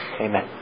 Amen